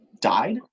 died